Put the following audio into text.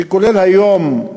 שכולל היום,